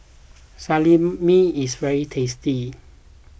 Salami is very tasty